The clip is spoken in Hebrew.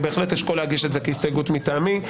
בהחלט אשקול להגיש את זה כהסתייגות מטעמי.